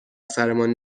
سرمان